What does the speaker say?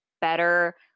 better